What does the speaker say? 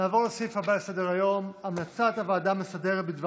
נעבור לסעיף הבא בסדר-היום: המלצת הוועדה המסדרת בדבר